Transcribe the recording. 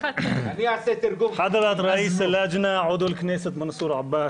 חבר הכנסת מנסור עבאס,